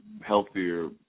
healthier